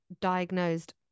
diagnosed